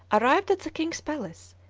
arrived at the king's palace,